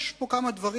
יש פה כמה דברים